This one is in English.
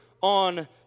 on